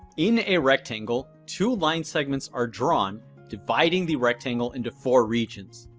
in a rectangle, two line segments are drawn dividing the rectangle into four regions.